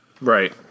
Right